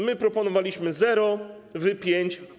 My proponowaliśmy zero, wy - pięć.